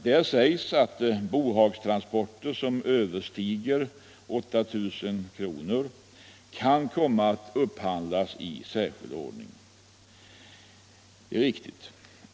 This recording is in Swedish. Där sägs att bohagstransporter som överstiger 8 000 kr. kan komma att upphandlas i särskilt ordning.